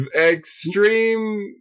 extreme